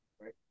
right